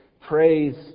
praise